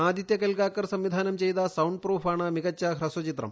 ആദിത്യ കെൽഗാകർ സംവിധാനം ചെയ്ത സൌണ്ട് പ്രൂഫ് ആണ് മികച്ച ഹ്രസ്വചിത്രം